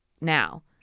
now